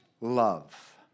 love